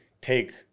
take